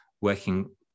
working